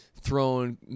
thrown